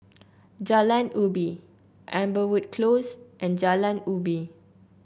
Jalan Ubi Amberwood Close and Jalan Ubi